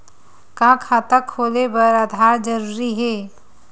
का खाता खोले बर आधार जरूरी हे?